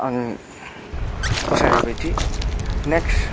आङो फसायनाय बायदि नेक्स